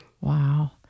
Wow